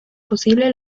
posible